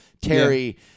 Terry